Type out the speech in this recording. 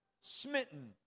smitten